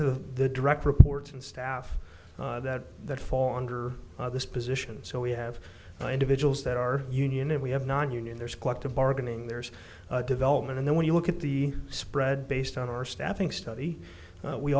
to the direct reports and staff that that fall under this position so we have individuals that are union and we have nonunion there's collective bargaining there's development and then when you look at the spread based on our staffing study